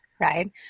right